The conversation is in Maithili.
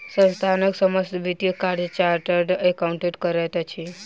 संस्थानक समस्त वित्तीय कार्य चार्टर्ड अकाउंटेंट करैत अछि